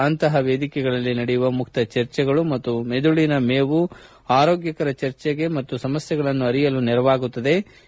ಅಂತಹ ವೇದಿಕೆಗಳಲ್ಲಿ ನಡೆಯುವ ಮುಕ್ತ ಚರ್ಚೆಗಳು ಮತ್ತು ಮೆದುಳಿನ ಮೇವು ಆರೋಗ್ಟಕರ ಚರ್ಚೆಗೆ ಮತ್ತು ಸಮಸ್ಥೆಗಳನ್ನು ಅರಿಯಲು ನೆರವಾಗುತ್ತದೆ ಎಂದು ಹೇಳಿದರು